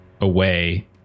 away